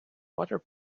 water